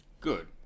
Good